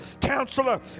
counselor